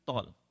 Tall